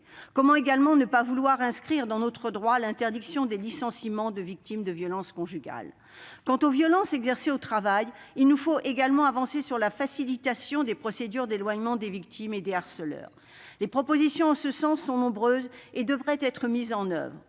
outre, pourquoi ne pas vouloir inscrire dans notre droit l'interdiction des licenciements de victimes de violences conjugales ? Quant aux violences exercées au travail, il nous faut également avancer sur la voie d'une facilitation des procédures d'éloignement des victimes et des harceleurs. Les nombreuses propositions en ce sens devraient être mises en oeuvre